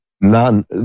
None